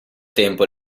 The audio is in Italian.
tempo